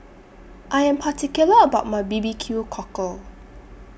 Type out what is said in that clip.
I Am particular about My B B Q Cockle